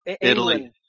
Italy